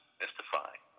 mystifying